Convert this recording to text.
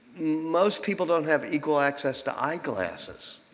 most people don't have equal access to eyeglasses.